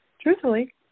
truthfully